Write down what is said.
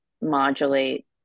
modulate